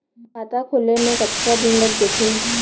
खाता खुले में कतका दिन लग जथे?